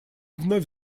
вновь